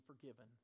forgiven